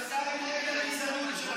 ההתרסה היא נגד הגזענות שלכם,